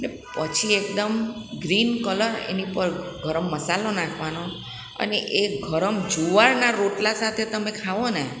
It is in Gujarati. ને પછી એકદમ ગ્રીન કલર એની ઉપર ગરમ મસાલો નાખવાનો અને એ ગરમ જુવારના રોટલા સાથે તમે ખાવો ને